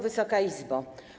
Wysoka Izbo!